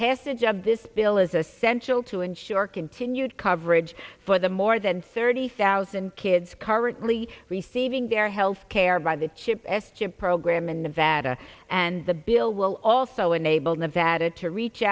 passage of this bill is essential to ensure continued coverage for the more than thirty thousand kids currently receiving their health care by the chip s chip program in nevada and the bill will also enable nevada to reach